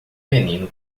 menino